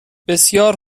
بسیار